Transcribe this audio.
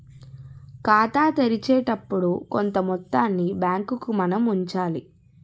ఖాతా తెరిచేటప్పుడు కొంత మొత్తాన్ని బ్యాంకుకు మనం ఉంచాలి